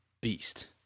beast